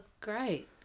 great